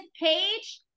page